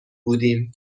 بودیم